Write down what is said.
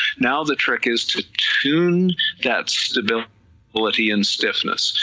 now the trick is to tune that stability stability and stiffness,